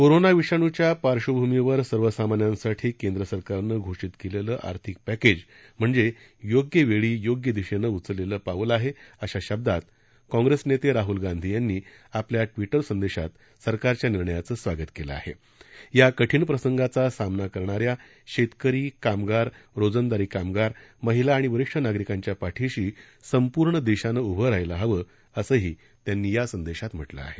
corona विषाणूच्या पार्श्वभूमीवर सर्व सामान्यांसाठी केंद्र सरकारनं घोषित केलेलं आर्थिक पॅकेज म्हणजे योग्य वेळी योग्य दिशेनं उचललेलं पाऊल आहे अश्या शब्दात काँग्रेस नेते राहल गांधी यांनी आपल्या ट्विटर संदेशात सरकारच्या निर्णयाचं स्वागत केलं आहेया कठीण प्रसंगाचा सामना करणाऱ्या शेतकरी कामगार रोजंदारी करणारे कामगार महिला आणि वरिष्ठ नागरिकांच्या पाठीशी संपूर्ण देशानं उभं रहायला हवं असंही त्यांनी या संदेशात म्हटलं आहे